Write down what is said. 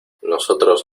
nosotros